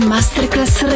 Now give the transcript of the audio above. Masterclass